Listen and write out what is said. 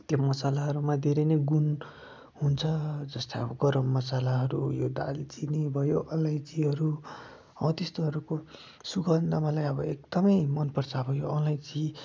त्यो मसालाहरूमा धेरै नै गुण हुन्छ जस्तै अब गरम मसालाहरू यो दालचिनी भयो अलैँचीहरू हौ त्यस्तोहरूको सुगन्ध मलाई अब एकदमै मन पर्छ अब यो अलैँची